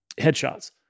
headshots